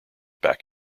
back